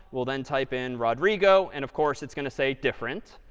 we'll then type in rodrigo. and of course, it's going to say different.